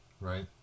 right